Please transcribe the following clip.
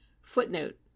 Footnote